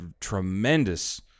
tremendous